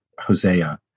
Hosea